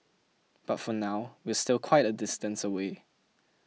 but for now we're still quite a distance away